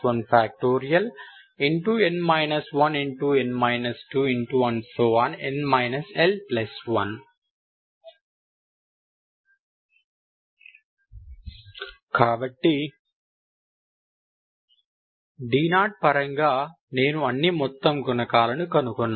n 1n 2n l1 కాబట్టి d0 పరంగా నేను అన్ని మొత్తం గుణకాలను కనుగొన్నాను